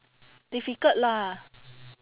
difficult lah